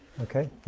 Okay